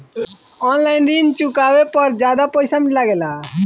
आन line ऋण चुकावे पर ज्यादा पईसा लगेला?